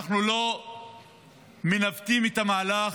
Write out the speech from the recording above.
אנחנו לא מנווטים את המהלך,